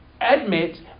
admit